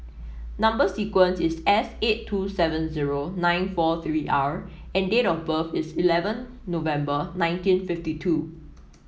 number sequence is S eight two seven zero nine four three R and date of birth is eleven November nineteen fifty two